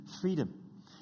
freedom